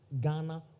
Ghana